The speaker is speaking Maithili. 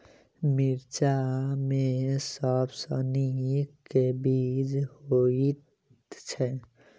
मिर्चा मे सबसँ नीक केँ बीज होइत छै?